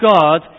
God